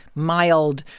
mild,